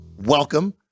welcome